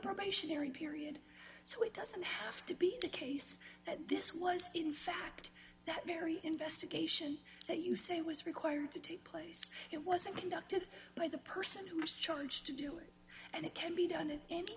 probationary period so it doesn't have to be the case that this was in fact that mary investigation that you say was required to take place it wasn't conducted by the person who was charged to do it and it can be done